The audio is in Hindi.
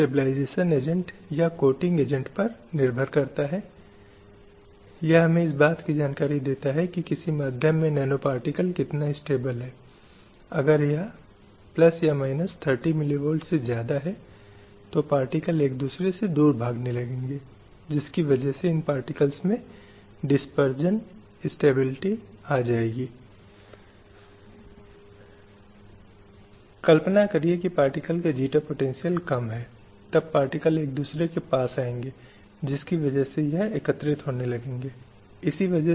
संभवतः DT को अवधि के संदर्भ में और प्रयासों के संदर्भ में विभेदित किया जा सकता हैजिसे संयुक्त राष्ट्र ने 1945 से 1962 तक चार अलग अलग अवधियों में किया है जहां संयुक्त राष्ट्र ने महिलाओं की समानता और स्थिति के अधिकारों को हासिल करने पर जोर दिया कानूनी रूप से इन पहलुओं पर जोर देने की कोशिश कर रहा है जिनमें प्रमुख हैं मानवाधिकार आयोग की स्थापना महिलाओं की स्थिति पर आयोग और मानवाधिकारों की सार्वभौमिक घोषणा